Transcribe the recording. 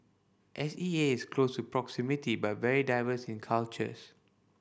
S E A is close proximity but very diverse in cultures